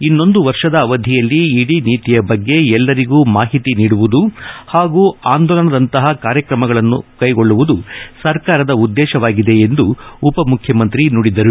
ಇನ್ನೊಂದು ವರ್ಷದ ಅವಧಿಯಲ್ಲಿ ಇಡೀ ನೀತಿಯ ಬಗ್ಗೆ ಎಲ್ಲರಿಗೂ ಮಾಹಿತಿ ನೀಡುವುದು ಹಾಗೂ ಆಂದೋಲನದಂಥ ಕಾರ್ಯಕ್ರಮಗಳನ್ನು ಕೈಗೊಳ್ಳುವುದು ಸರಕಾರದ ಉದ್ದೇಶವಾಗಿದೆ ಎಂದು ಉಪ ಮುಖ್ಯಮಂತ್ರಿ ನುಡಿದರು